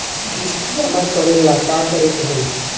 किस्त जमा करे ला का करे के होई?